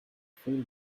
three